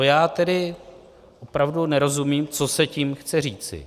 Já tedy opravdu nerozumím, co se tím chce říci.